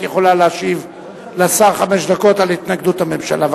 את יכולה להשיב לשר במשך חמש דקות על התנגדות הממשלה.